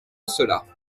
cela